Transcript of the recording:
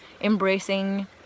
embracing